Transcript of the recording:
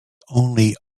only